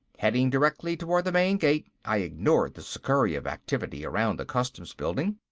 heading directly towards the main gate, i ignored the scurry of activity around the customs building.